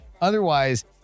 Otherwise